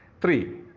Three